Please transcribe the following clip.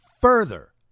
Further